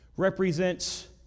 Represents